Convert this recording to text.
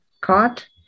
caught